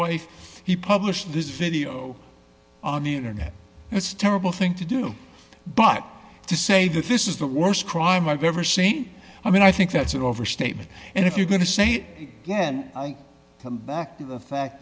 wife he published this video on the internet it's a terrible thing to do but to say that this is the worst crime i've ever seen i mean i think that's an overstatement and if you're going to say it again i come back to the fact